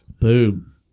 Boom